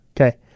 Okay